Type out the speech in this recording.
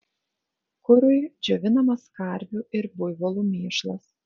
kurui džiovinamas karvių ir buivolų mėšlas